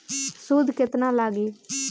सूद केतना लागी?